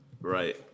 Right